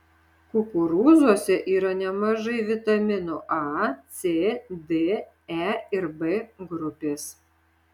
kukurūzuose yra nemažai vitaminų a c d e ir b grupės